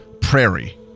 Prairie